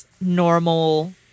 normal